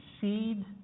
seed